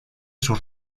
sus